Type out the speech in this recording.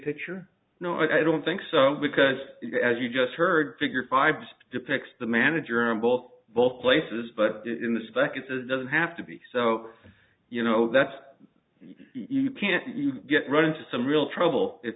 picture no i don't think so because as you just heard figure five depicts the manager and both both places but in the spec it says doesn't have to be so you know that's you can't you get run into some real trouble if